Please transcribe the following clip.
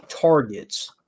targets